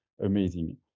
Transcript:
Amazing